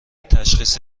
تشخیص